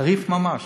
בחריפות ממש,